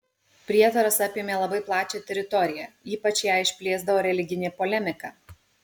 prietaras apėmė labai plačią teritoriją ypač ją išplėsdavo religinė polemika